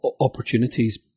opportunities